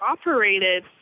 operated